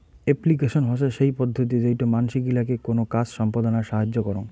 application হসে সেই পদ্ধতি যেইটো মানসি গিলাকে কোনো কাজ সম্পদনায় সাহায্য করং